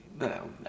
No